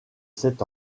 sept